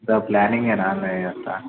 అంతా ప్లానింగ్ అన్న ఇదంతా